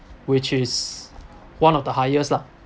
which is one of the highest lah